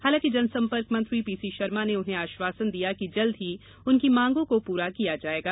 हालांकि जनसंपर्क मंत्री पीसी शर्मा ने उन्हें आश्वासन दिया कि जल्द ही उनकी मांगों को पूरा किया जायेगा